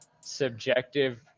subjective